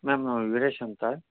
ma'am Veeresh ಅಂತ